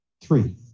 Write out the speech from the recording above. Three